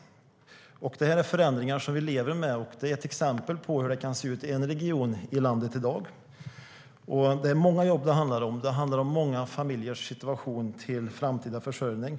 Det är förändringar som vi lever med och exempel på hur det kan se ut i en region i landet i dag. Det handlar om många jobb och om många familjers möjlighet till framtida försörjning.